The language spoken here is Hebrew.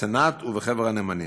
בסנאט ובחבר הנאמנים.